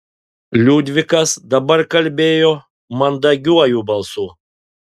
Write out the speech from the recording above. liudvikas dabar kalbėjo mandagiuoju balsu